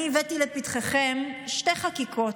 אני הבאתי לפתחכם שתי חקיקות,